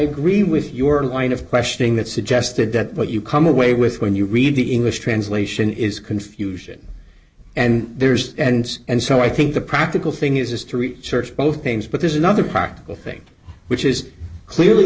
agree with your line of questioning that suggested that what you come away with when you read the english translation is confusion and there's and and so i think the practical thing is to read search both things but there's another practical thing which is clearly